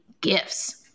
gifts